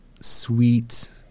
sweet